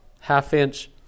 Half-inch